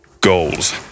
goals